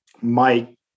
Mike